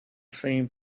same